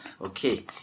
Okay